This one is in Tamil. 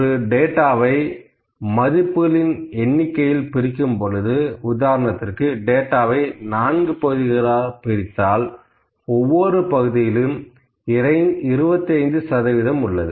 ஒரு டேட்டாவை மதிப்புகளின் எண்ணிக்கையில் பிரிக்கும் பொழுது உதாரணத்திற்கு டேட்டாவை நான்கு பகுதிகளாகப் பிரித்தால் ஒவ்வொரு பகுதியிலும் 25 சதவிகிதம் உள்ளது